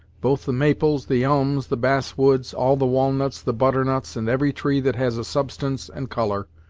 both the maples, the elms, the bass woods, all the walnuts, the butternuts, and every tree that has a substance and colour,